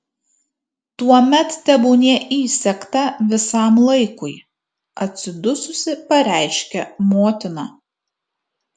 tuomet tebūnie įsegta visam laikui atsidususi pareiškia motina